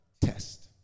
test